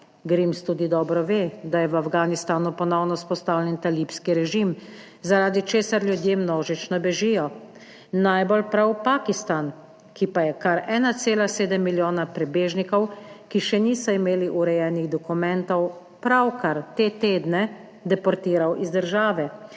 Grims tudi dobro ve, da je v Afganistanu ponovno vzpostavljen talibanski režim, zaradi česar ljudje množično bežijo, najbolj prav Pakistan, ki pa je kar 1,7 milijona prebežnikov, ki še niso imeli urejenih dokumentov. Pravkar te tedne deportiral iz države